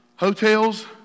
Hotels